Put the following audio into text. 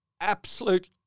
Absolute